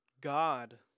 god